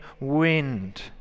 wind